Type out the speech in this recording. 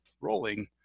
rolling